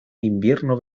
invierno